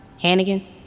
Hannigan